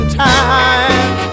time